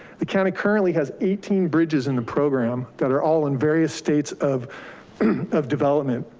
the county currently has eighteen bridges in the program that are all in various states of of development.